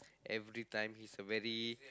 everytime he's a very